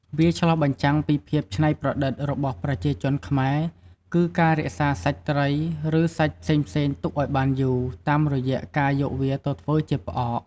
វាឆ្លុះបញ្ចាំងពីភាពច្នៃប្រឌិតរបស់ប្រជាជនខ្មែរ គឺការរក្សាសាច់ត្រី ឬ សាច់ផ្សេងៗទុកឱ្យបានយូរ តាមរយៈការយកវាទៅធ្វើជាផ្អក។